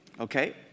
Okay